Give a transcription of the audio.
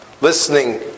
listening